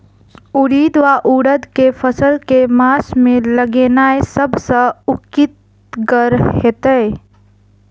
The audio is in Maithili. उड़ीद वा उड़द केँ फसल केँ मास मे लगेनाय सब सऽ उकीतगर हेतै?